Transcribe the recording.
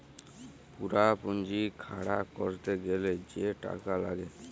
পুরা পুঁজি খাড়া ক্যরতে গ্যালে যে টাকা লাগ্যে